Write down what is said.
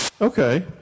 Okay